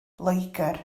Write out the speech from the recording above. loegr